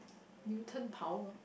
mutant power